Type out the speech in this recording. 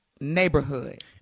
neighborhood